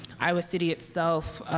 iowa city itself,